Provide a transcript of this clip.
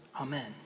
Amen